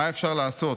"מה אפשר לעשות?